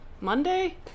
Monday